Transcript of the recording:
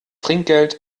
trinkgeld